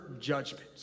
judgment